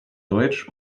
deutsch